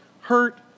hurt